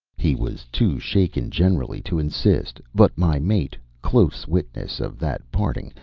he was too shaken generally to insist, but my mate, close witness of that parting,